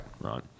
right